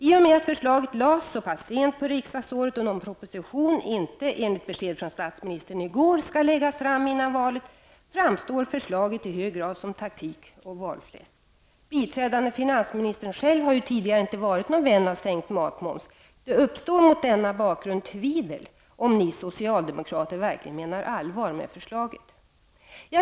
I och med att förslaget lades fram så sent på riksdagsåret och någon proposition inte, enligt besked från statsministern i går, skall läggas fram före valet, framstår förslaget i hög grad som taktik och valfläsk. Biträdande finansministern själv har ju tidigare inte varit någon vän av sänkt matmoms. Det uppstår mot denna bakgrund tvivel om ni socialdemokrater verkligen menar allvar med förslaget.